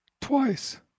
twice